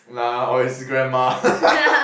nah or his grandma